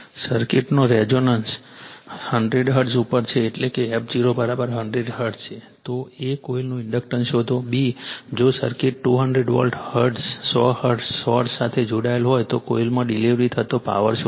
સર્કિટનો resonance 100 hertz ઉપર છે એટલે કે f0100 હર્ટ્ઝ છે તો a કોઇલનું ઇન્ડક્ટન્સ શોધો b જો સર્કિટ 200 વોલ્ટ 100 હર્ટ્ઝ સોર્સ સાથે જોડાયેલ હોય તો કોઇલમાં ડિલિવર થતો પાવર શોધો